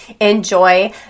enjoy